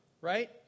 right